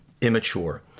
immature